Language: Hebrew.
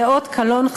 זה אות קלון,